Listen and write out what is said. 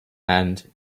and